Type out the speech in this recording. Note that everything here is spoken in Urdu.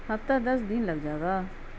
ہفتہ دس دن لگ جائے گا